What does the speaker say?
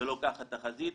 ולא כך התחזית,